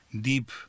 deep